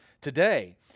today